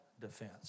defense